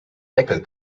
deckel